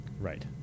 Right